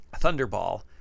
Thunderball